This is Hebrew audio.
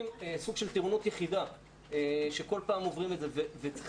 סוג של טירונות יחידה שכל פעם עוברים את זה וצריך